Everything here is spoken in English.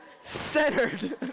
centered